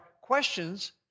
questions